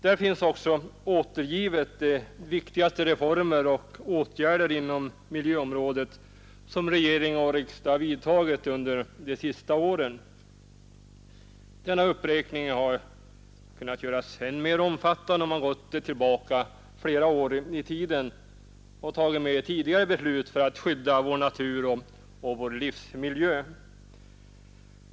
Där redovisas också de viktigaste reformer och åtgärder inom miljöområdet som regering och riksdag vidtagit under de senaste åren. Denna uppräkning hade kunnat göras än mer omfattande, om man gått tillbaka flera år i tiden och tagit med tidigare beslut för skydd av vår natur och vår livsmiljö.